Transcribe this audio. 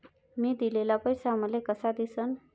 मी दिलेला पैसा मले कसा दिसन?